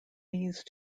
these